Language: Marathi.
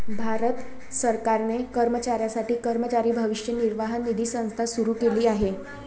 भारत सरकारने कर्मचाऱ्यांसाठी कर्मचारी भविष्य निर्वाह निधी संस्था सुरू केली आहे